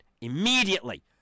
Immediately